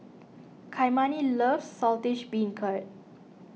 Kymani loves Saltish Beancurd